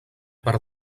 per